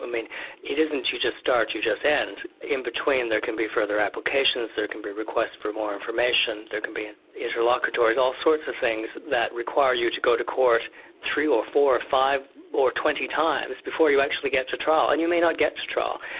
ah it isn't you just start, you just end, in between there can be further applications, there can be requests for more information, there can be interlocutories, all sorts of things that require you to go to court three or four or five or twenty times, before you actually get to trial. and you may not get to trial.